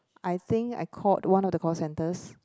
I think I called one of the call centers